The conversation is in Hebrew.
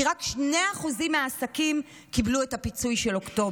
כי רק 2% מהעסקים קיבלו את הפיצוי של אוקטובר.